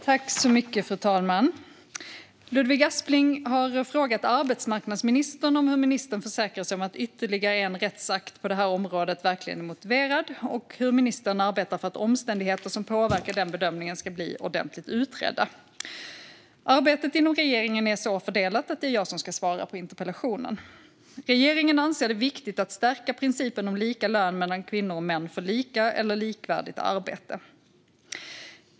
Fru talman! Ludvig Aspling har frågat arbetsmarknadsministern hur ministern försäkrar sig om att ytterligare en rättsakt på det här området verkligen är motiverad och hur ministern arbetar för att omständigheter som påverkar den bedömningen ska bli ordentligt utredda. Arbetet inom regeringen är så fördelat att det är jag som ska svara på interpellationen. Regeringen anser det viktigt att stärka principen om lika lön för kvinnor och män för lika eller likvärdigt arbete.